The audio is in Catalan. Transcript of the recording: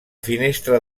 finestra